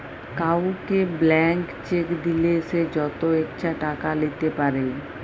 কাউকে blank cheque দিলে সে যত ইচ্ছা টাকা লিতে পারে